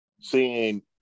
seeing